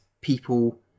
people